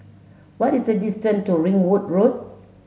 what is the distant to Ringwood Road